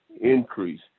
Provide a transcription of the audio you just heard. increase